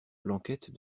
blanquette